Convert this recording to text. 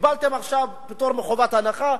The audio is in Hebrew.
קיבלתם פטור מחובת הנחה?